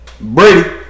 Brady